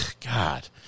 God